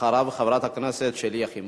אחריו, חברת הכנסת שלי יחימוביץ.